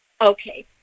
Okay